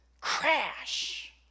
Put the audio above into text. crash